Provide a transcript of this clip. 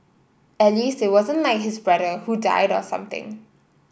at least it wasn't like his brother who died or something